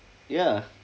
ya